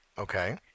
Okay